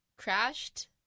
Crashed